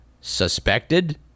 suspected